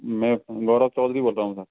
मैं गौरव चौधरी बोल रहा हूँ सर